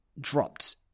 dropped